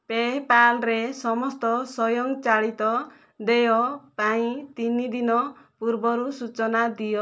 PayPal ରେ ସମସ୍ତ ସ୍ୱଂୟଚାଳିତ ଦେୟ ପାଇଁ ତିନି ଦିନ ପୂର୍ବରୁ ସୂଚନା ଦିଅ